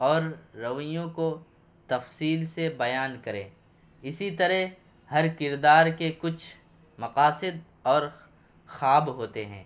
اور رویوں کو تفصیل سے بیان کریں اسی طرح ہر کردار کے کچھ مقاصد اور خواب ہوتے ہیں